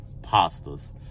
pastas